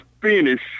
finish